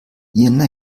irina